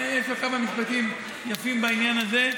יש לו כמה משפטים בעניין הזה.